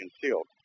concealed